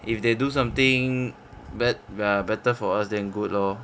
if they do something bet~ err better for us then good lor